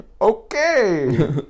Okay